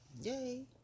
Yay